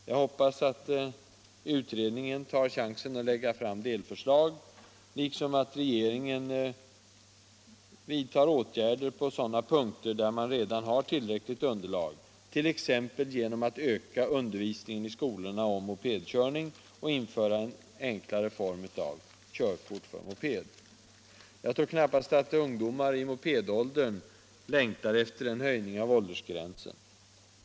Jag hoppas att utredningen tar chansen att lägga fram delförslag liksom att regeringen vidtar åtgärder på sådana punkter där man redan har tillräckligt underlag, t.ex. genom att öka undervisningen i skolorna om mopedkörning och införa en enklare form av körkort för moped. Jag tror knappast att ungdomar i mopedåldern längtar efter en höjning av åldersgränsen.